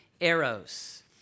arrows